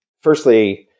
Firstly